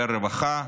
יותר רווחה?